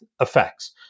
effects